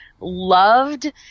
loved